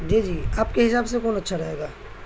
جی جی آپ کے حساب سے کون اچھا رہے گا